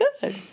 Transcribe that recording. good